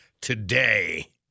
today